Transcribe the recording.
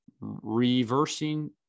reversing